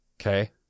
Okay